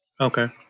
Okay